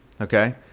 Okay